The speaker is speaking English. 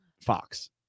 Fox